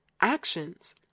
actions